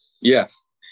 Yes